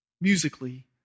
musically